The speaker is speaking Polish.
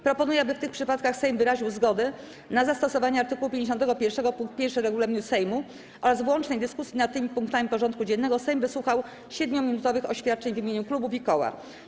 Proponuję, aby w tych przypadkach Sejm wyraził zgodę na zastosowanie art. 51 pkt 1 regulaminu Sejmu oraz w łącznej dyskusji nad tymi punktami porządku dziennego Sejm wysłuchał 7-minutowych oświadczeń w imieniu klubów i koła.